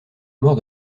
mort